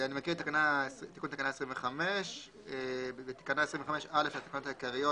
אני מקריא את תיקון תקנה 25. בתקנה 25(א) לתקנות העיקריות,